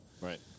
right